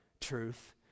truth